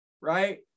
Right